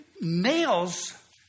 nails